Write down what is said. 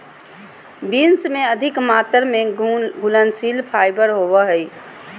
beans में अधिक मात्रा में घुलनशील फाइबर होवो हइ